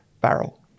barrel